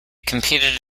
competed